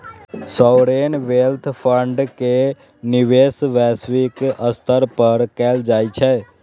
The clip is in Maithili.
सॉवरेन वेल्थ फंड के निवेश वैश्विक स्तर पर कैल जाइ छै